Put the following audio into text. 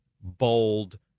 bold